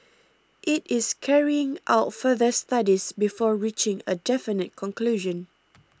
it is carrying out further studies before reaching a definite conclusion